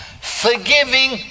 forgiving